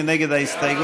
מי נגד ההסתייגות?